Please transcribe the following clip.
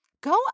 Go